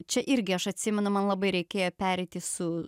čia irgi aš atsimenu man labai reikėjo pereiti su